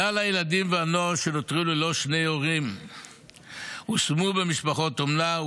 כלל הילדים והנוער שנותרו ללא שני הורים הושמו במשפחות אומנה.